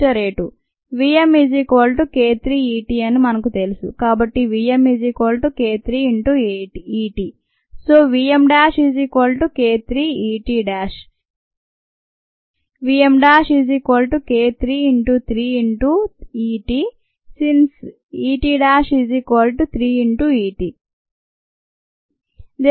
vm k3 Et అనేది మనకు తెలుసు కాబట్టి vmk3Et So vmk3Et vmk3×3×Et since Et3Et ∴vm3×k3×Et3vm3×0